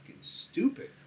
stupid